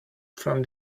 from